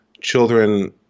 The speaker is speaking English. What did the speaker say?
Children